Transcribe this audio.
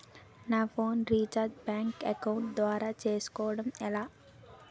నా phone recharge bank account ద్వారా చేసుకోవటం ఎలా?